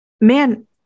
man